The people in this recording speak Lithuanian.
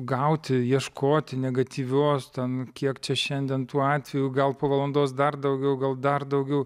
gauti ieškoti negatyvios ten kiek čia šiandien tuo atveju gal po valandos dar daugiau gal dar daugiau